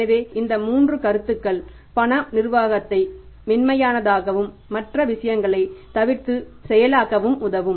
எனவே இந்த 3 விஷயங்கள் இந்த 3 கருத்துக்கள் பண நிர்வாகத்தை மென்மையாக்கவும் மற்ற விஷயங்களைத் தவிர்த்து செயலாக்கவும் உதவும்